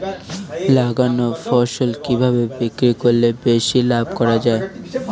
লাগানো ফসল কিভাবে বিক্রি করলে বেশি লাভ করা যায়?